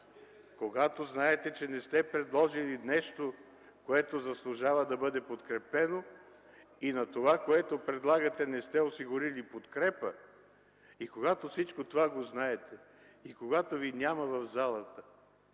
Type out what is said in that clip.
Когато знаете, че не сте предложили нещо, което заслужава да бъде подкрепено, и на това, което предлагате, не сте осигурили подкрепа! И когато всичко това го знаете, и когато ви няма в залата,